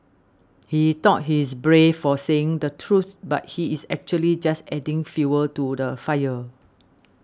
he thought he is brave for saying the truth but he is actually just adding fuel to the fire